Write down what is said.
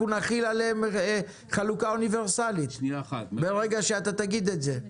אנחנו נחיל עליהם חלוקה אוניברסלית כאשר אתה תגיד את זה,